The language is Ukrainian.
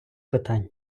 питань